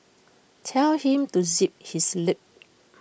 tell him to zip his lip